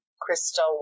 crystal